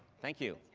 thank you.